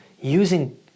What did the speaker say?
using